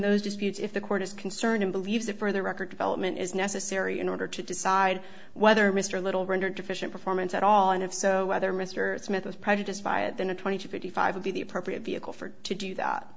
disputes if the court is concerned and believes that for the record development is necessary in order to decide whether mr little rendered deficient performance at all and if so whether mr smith was prejudiced via than a twenty to fifty five would be the appropriate vehicle for to do that